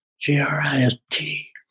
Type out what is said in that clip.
g-r-i-s-t